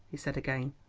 he said again.